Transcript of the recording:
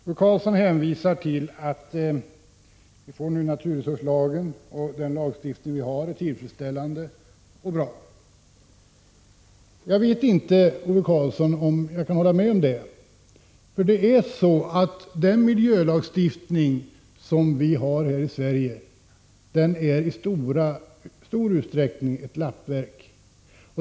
Ove Karlsson hänvisar till att vi nu får naturresurslagen, och han anser att den lagstiftning vi har är tillfredsställande och bra. Jag vet inte om jag kan hålla med om det. Den miljölagstiftning som vi har här i Sverige är i stor utsträckning ett lappverk.